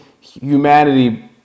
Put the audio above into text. humanity